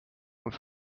und